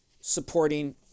supporting